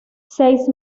seis